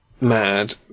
mad